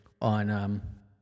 on